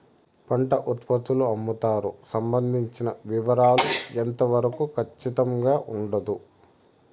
పంట ఉత్పత్తుల అమ్ముతారు సంబంధించిన వివరాలు ఎంత వరకు ఖచ్చితంగా ఉండదు?